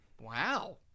Wow